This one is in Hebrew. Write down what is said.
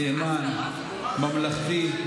נאמן, ממלכתי,